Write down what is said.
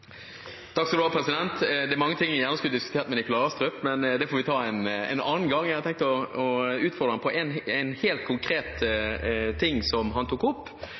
Det er mange ting jeg gjerne skulle diskutert med Nikolai Astrup, men det får vi ta en annen gang. Jeg har tenkt å utfordre ham på en helt konkret ting som han tok opp,